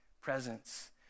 presence